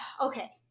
okay